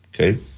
Okay